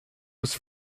was